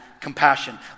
compassion